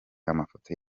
amafoto